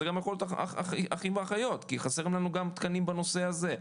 זה גם יכול להיות אחים ואחיות כי חסרים לנו גם תקנים בנושא הזה.